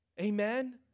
Amen